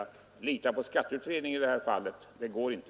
Att lita på skatteutredningen i det här fallet går inte.